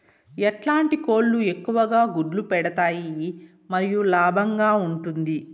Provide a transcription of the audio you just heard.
ఎట్లాంటి కోళ్ళు ఎక్కువగా గుడ్లు పెడతాయి మరియు లాభంగా ఉంటుంది?